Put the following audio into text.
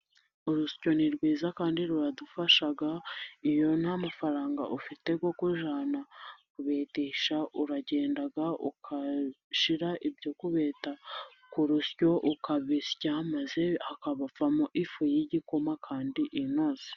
Urusyo ni rwiza kandi ruradufasha iyo nta mafaranga ufite yo kujyana kubetesha, uragenda ugashyira ibyo kubeta ku rusyo ukabisya maze hakavamo ifu y'igikoma kandi inoze.